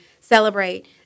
celebrate